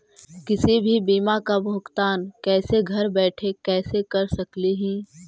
किसी भी बीमा का भुगतान कैसे घर बैठे कैसे कर स्कली ही?